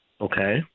okay